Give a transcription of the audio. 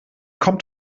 kommt